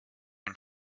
and